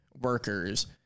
workers